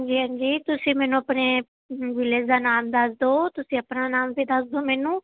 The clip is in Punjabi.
ਹਾਂਜੀ ਹਾਂਜੀ ਤੁਸੀਂ ਮੈਨੂੰ ਆਪਣੇ ਵਿਲੇਜ ਦਾ ਨਾਮ ਦੱਸ ਦਿਉ ਤੁਸੀਂ ਆਪਣਾ ਨਾਮ ਵੀ ਦੱਸ ਦਿਉ ਮੈਨੂੰ